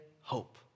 hope